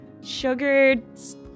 sugar's